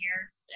years